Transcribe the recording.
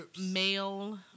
male